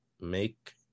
make